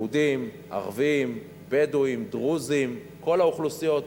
יהודים, ערבים, בדואים, דרוזים, כל האוכלוסיות.